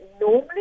normally